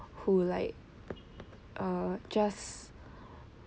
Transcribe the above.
who like err just